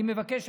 אני מבקש,